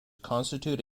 constitute